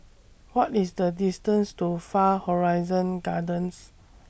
What IS The distance to Far Horizon Gardens